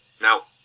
Now